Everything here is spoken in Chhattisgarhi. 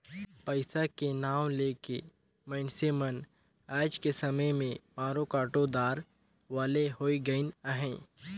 पइसा के नांव ले के मइनसे मन आएज के समे में मारो काटो दार वाले होए गइन अहे